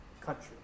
country